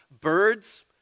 birds